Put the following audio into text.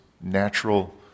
natural